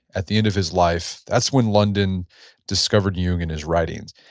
at the end of his life, that's when london discovered jung and his writings.